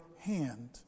hand